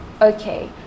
okay